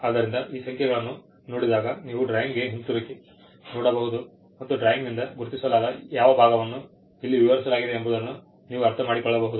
ಆದ್ದರಿಂದ ಈ ಸಂಖ್ಯೆಗಳನ್ನು ನೋಡಿದಾಗ ನೀವು ಡ್ರಾಯಿಂಗ್ಗೆ ಹಿಂತಿರುಗಿ ನೋಡಬಹುದು ಮತ್ತು ಡ್ರಾಯಿಂಗ್ನಿಂದ ಗುರುತಿಸಲಾದ ಯಾವ ಭಾಗವನ್ನು ಇಲ್ಲಿ ವಿವರಿಸಲಾಗಿದೆ ಎಂಬುದನ್ನು ನೀವು ಅರ್ಥಮಾಡಿಕೊಳ್ಳಬಹುದು